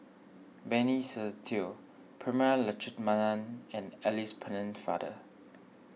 Benny Se Teo Prema Letchumanan and Alice Pennefather